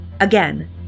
Again